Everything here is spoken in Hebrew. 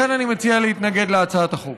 לכן, אני מציע להתנגד להצעת החוק.